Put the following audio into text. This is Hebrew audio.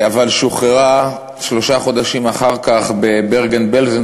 אבל שוחררה שלושה חודשים אחר כך בברגן-בלזן,